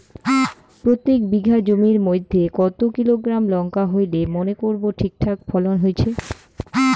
প্রত্যেক বিঘা জমির মইধ্যে কতো কিলোগ্রাম লঙ্কা হইলে মনে করব ঠিকঠাক ফলন হইছে?